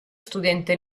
studente